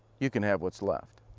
you can have what's left.